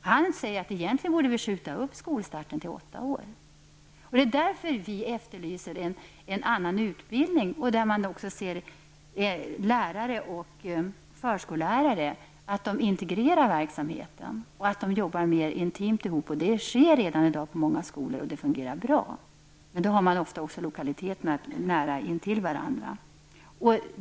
Han säger också att skolstarten egentligen bör skjutas upp till dess barnet fyllt åtta år. Det är en av anledningarna till att vi efterlyser en annan utbildning. Lärare och förskollärare bör integrera sin verksamhet och arbeta mer intimt tillsammans. Det sker redan i dag på många skolor och fungerar bra. Men där finns oftast lokalerna nära varandra.